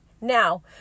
now